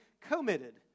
committed